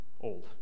old